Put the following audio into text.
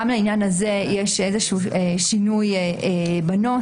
גם לעניין הזה יש איזשהו שינוי בנוסח.